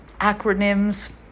acronyms